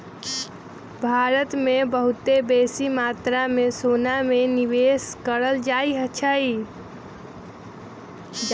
भारत में बहुते बेशी मत्रा में सोना में निवेश कएल जाइ छइ